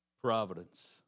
Providence